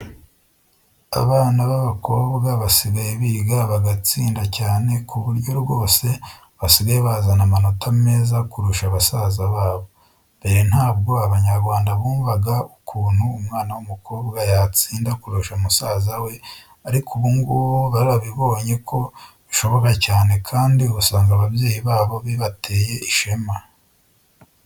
Abana b'abakobwa basigaye biga bagatsinda cyane ku buryo rwose basigaye bazana amanota meza kurusha basaza babo. Mbere ntabwo Abanyarwanda bumvaga ukuntu umwana w'umukobwa yatsinda kurusha musaza we ariko ubu ngubu barabibonye ko bishoboka cyane kandi usanga ababyeyi babo bibateye ishema.